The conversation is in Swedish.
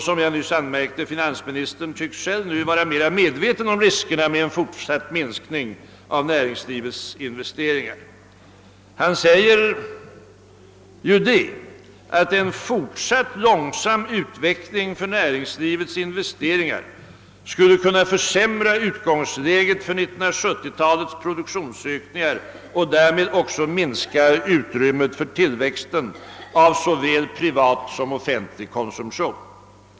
Som jag nyss anmärkte tycks finansministern nu själv vara mer medveten om riskerna med en fortsatt minskning av näringslivsinvesteringarna. Han säger att en fortsatt långsam utveckling av näringslivets investeringar skulle kunna försämra utgångsläget för 1970 talets produktionsökningar och därmed också minska utrymmet för tillväxten av såväl privat som offentlig konsumtion.